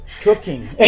Cooking